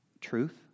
truth